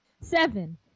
Seven